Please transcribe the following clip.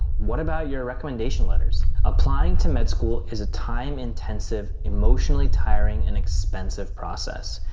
what about your recommendation letters? applying to med school is a time-intensive, emotionally tiring, and expensive process.